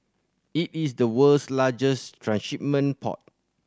it is the world's largest transshipment port